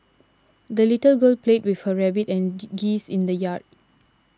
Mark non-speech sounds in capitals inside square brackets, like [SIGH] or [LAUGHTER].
the little girl played with her rabbit and [UNINTELLIGIBLE] geese in the yard